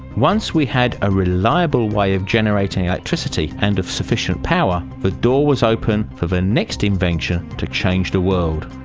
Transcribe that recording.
once we had a reliable way of generating electricity and of sufficient power the door was open for the next invention to change the world.